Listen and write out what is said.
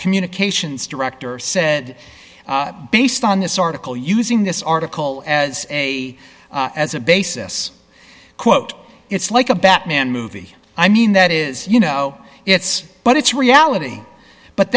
communications director said based on this article using this article as a as a basis quote it's like a batman movie i mean that is you know it's but it's reality but